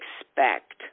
expect